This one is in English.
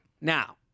Now